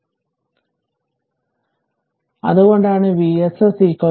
അതിനാൽ അതുകൊണ്ടാണ് Vss Vs